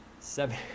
seven